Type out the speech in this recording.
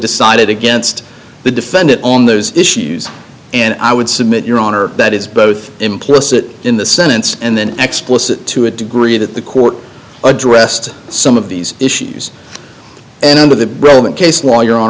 decided against the defendant on those issues and i would submit your honor that is both implicit in the sentence and then explicit to a degree that the court addressed some of these issues and under the relevant case law your hon